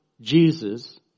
Jesus